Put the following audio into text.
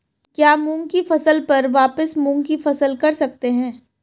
क्या मूंग की फसल पर वापिस मूंग की फसल कर सकते हैं?